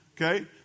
Okay